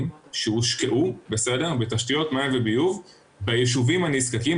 שהושקעו בתשתיות מים וביוב ביישובים הנזקקים,